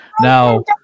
now